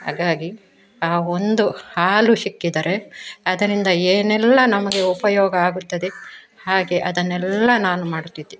ಹಾಗಾಗಿ ಆ ಒಂದು ಹಾಲು ಸಿಕ್ಕಿದರೆ ಅದರಿಂದ ಏನೆಲ್ಲ ನಮಗೆ ಉಪಯೋಗ ಆಗುತ್ತದೆ ಹಾಗೆ ಅದನ್ನೆಲ್ಲ ನಾನು ಮಾಡುತ್ತಿದ್ದೆ